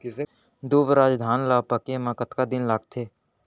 दुबराज धान ला पके मा कतका दिन लगथे?